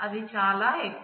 అది చాలా ఎక్కువ